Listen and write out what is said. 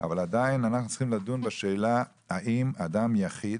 אבל עדיין אנחנו צריכים לדון בשאלה האם אדם יחיד,